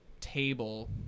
table